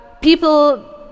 people